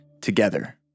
together